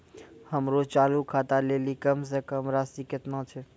हमरो चालू खाता लेली कम से कम राशि केतना छै?